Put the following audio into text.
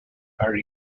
are